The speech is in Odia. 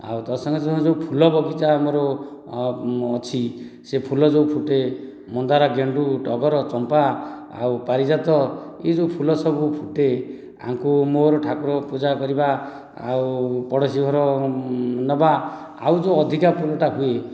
ଆଉ ତ ସଙ୍ଗେ ସଙ୍ଗେ ଯେଉଁ ଫୁଲ ବଗିଚା ମୋର ଅଛି ସେହି ଫୁଲ ଯେଉଁ ଫୁଟେ ମନ୍ଦାର ଗେଣ୍ଡୁ ଟଗର ଚମ୍ପା ଆଉ ପାରିଜାତ ଏହି ଯେଉଁ ଫୁଲ ସବୁ ଫୁଟେ ଏହାଙ୍କୁ ମୋର ଠାକୁର ପୂଜା କରିବା ଆଉ ପଡ଼ୋଶୀ ଘର ନେବା ଆଉ ଯେଉଁ ଅଧିକା ଫୁଲଟା ହୁଏ